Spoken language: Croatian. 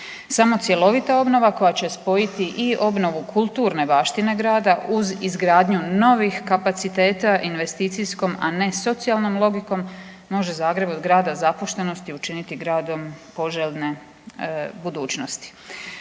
Samo cjelovita obnova koja će spojiti i obnovu kulturne baštine grada uz izgradnju novih kapaciteta investicijskom a ne socijalnom logikom može Zagreb od grada zapuštenosti učiniti gradom poželjne budućnosti.